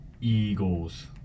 Eagles